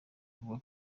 avuga